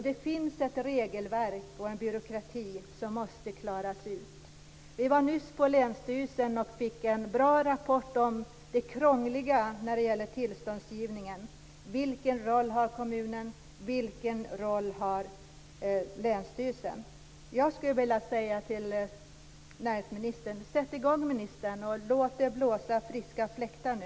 Det finns också ett regelverk och en byråkrati som måste klaras ut. Vi var nyss på länsstyrelsen och fick en bra rapport om det krångliga i tillståndsgivningen. Det handlade om kommunens roll och länsstyrelsens roll. Sätt i gång, näringsministern, och låt det blåsa friska fläktar nu!